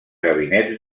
gabinets